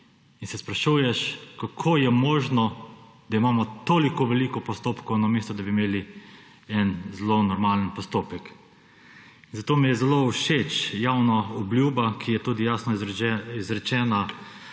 in se sprašuješ, kako je možno, da imamo tako veliko postopkov, namesto da bi imel en zelo normalen postopek. Zato mi je zelo všeč javna obljuba, ki je tudi jasno izrečena